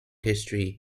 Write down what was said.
history